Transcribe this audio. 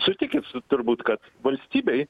sutikit su turbūt kad valstybei